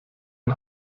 ein